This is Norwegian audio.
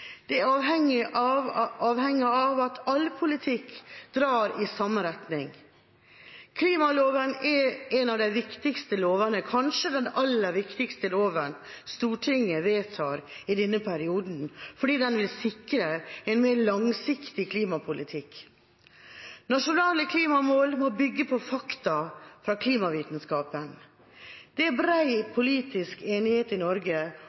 av at all politikk drar i samme retning. Klimaloven er en av de viktigste lovene – kanskje den aller viktigste loven – Stortinget vedtar i denne perioden, fordi den vil sikre en mer langsiktig klimapolitikk. Nasjonale klimamål må bygge på fakta fra klimavitenskapen. Det er bred politisk enighet i Norge